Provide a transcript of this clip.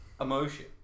emotion